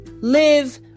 live